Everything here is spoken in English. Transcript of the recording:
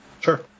Sure